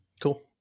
Cool